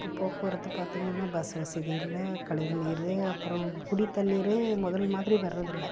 இப்போ போக்குவரத்து பார்த்தீங்கள்னா பஸ் வசதி இல்லை கழிவு நீர் அப்புறம் குடி தண்ணிர் முதல் மாதிரி வர்றதில்ல